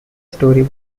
story